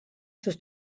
sus